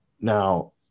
Now